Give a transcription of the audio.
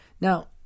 Now